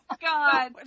god